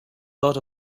lot